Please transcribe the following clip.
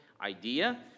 idea